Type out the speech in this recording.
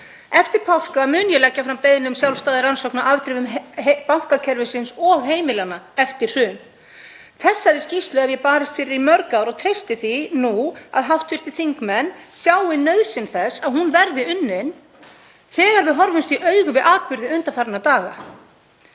Eftir páska mun ég leggja fram beiðni um sjálfstæða rannsókn á afdrifum bankakerfisins og heimilanna eftir hrun. Þessari skýrslu hef ég barist fyrir í mörg ár og treysti því nú að hv. þingmenn sjái nauðsyn þess að hún verði unnin þegar við horfumst í augu við atburði undanfarinna daga.